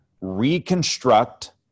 reconstruct